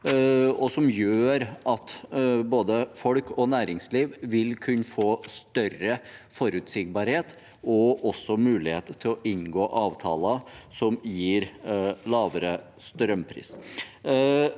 som gjør at både folk og næringsliv vil kunne få større forutsigbarhet og mulighet til å inngå avtaler som gir lavere strømpris.